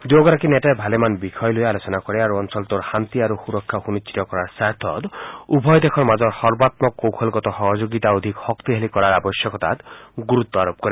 দুয়োগৰাকী নেতাই ভালেমান বিষয়ক লৈ আলোচনা কৰে আৰু অঞ্চলটোৰ শান্তি আৰু সুৰক্ষা সুনিশ্চিত কৰাৰ স্বাৰ্থত উভয় দেশৰ মাজৰ সৰ্বাঘক কৌশলগত সহযোগীতা অধিক শক্তিশালী কৰাৰ আৱশ্যকতাত গুৰুত্ব আৰোপ কৰে